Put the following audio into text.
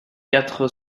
quatre